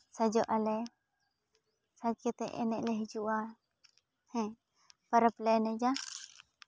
ᱥᱟᱡᱚᱜ ᱟᱞᱮ ᱥᱟᱡ ᱠᱟᱛᱮᱫ ᱮᱱᱮᱡ ᱞᱮ ᱦᱤᱡᱩᱜᱼᱟ ᱦᱮᱸ ᱯᱚᱨᱚᱵᱽ ᱞᱮ ᱮᱱᱮᱡᱟ